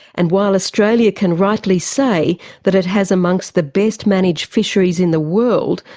and while australia can rightly say that it has amongst the best-managed fisheries in the world,